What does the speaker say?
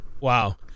Wow